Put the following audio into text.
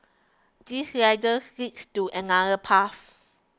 this ladder leads to another path